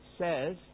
says